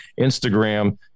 Instagram